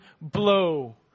blow